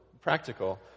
practical